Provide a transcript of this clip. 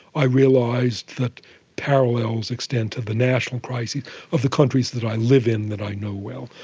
i realised that parallels extend to the national crises of the countries that i live in that i know well.